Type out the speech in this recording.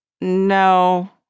No